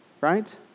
Right